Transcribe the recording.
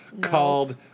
called